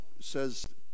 says